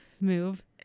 move